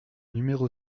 numéro